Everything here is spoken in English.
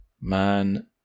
Man